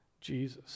Jesus